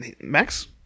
max